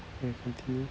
okay continue